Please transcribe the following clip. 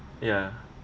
ya